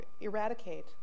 eradicate